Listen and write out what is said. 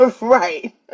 Right